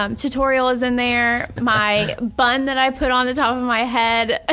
um tutorial is in there. my bun that i put on the top of my head, ah